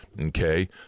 Okay